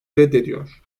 reddediyor